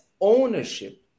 ownership